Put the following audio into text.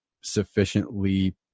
sufficiently